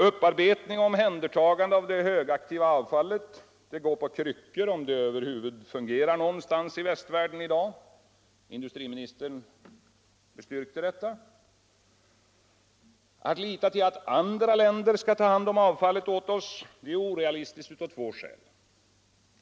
Upparbetning och omhändertagande av det högaktiva avfallet går på kryckor, om det över huvud taget fungerar någonstans i västvärlden i dag. Industriministern bestyrkte detta. Att lita till att andra länder skall ta hand om avfallet åt oss är orealistiskt av två skäl.